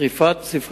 רצוני